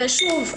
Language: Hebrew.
שוב,